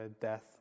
death